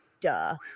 Duh